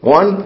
One